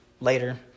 later